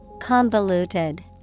Convoluted